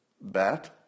bat